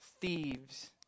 thieves